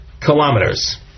kilometers